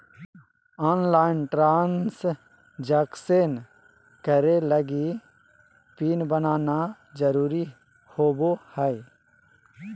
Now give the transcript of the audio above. online transaction करे लगी PIN बनाना जरुरी होबो हइ